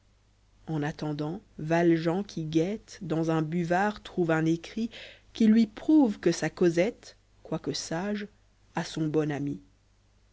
en attendant valjean qui guette dans un buvard trouve un écrit qui lui prouve que sa cosette quoique sage a son bon ami